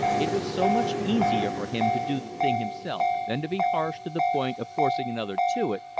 it was so much easier for him to do the thing himself than to be harsh to the point of forcing another to it,